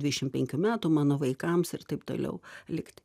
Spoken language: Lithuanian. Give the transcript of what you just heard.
dvidešim metų mano vaikams ir taip toliau likti